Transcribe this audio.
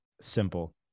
simple